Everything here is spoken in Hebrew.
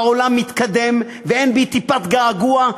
העולם התקדם ואין לי טיפת געגוע,